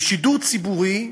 ושידור ציבורי,